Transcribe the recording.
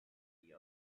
the